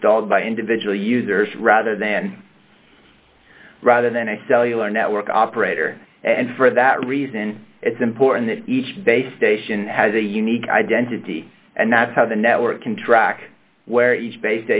installed by individual users rather than rather than a cellular network operator and for that reason it's important that each base station has a unique identity and that's how the network can track where each ba